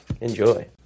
enjoy